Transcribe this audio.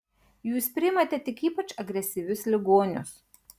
jūs priimate tik ypač agresyvius ligonius